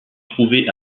trouvée